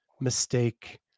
mistake